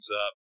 up